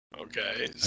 Okay